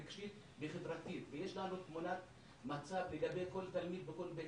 רגשית וחברתית ויש לנו תמונת מצב לגבי כל תלמיד בכל בית